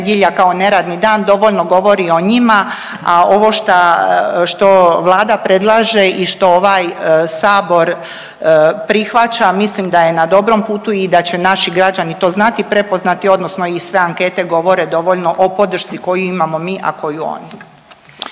kao neradni dan dovoljno govori o njima. A ovo šta, što Vlada predlaže i što ovaj sabor prihvaća mislim da je na dobrom putu i da će naši građani to znati prepoznati odnosno i sve ankete govore dovoljno o podršci koju imamo mi, a koju oni.